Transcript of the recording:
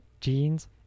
jeans